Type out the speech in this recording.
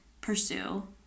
pursue